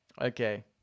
Okay